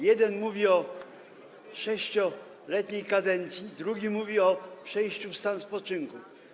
Jeden mówi o 6-letniej kadencji, a drugi mówi o przejściu w stan spoczynku.